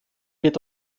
wird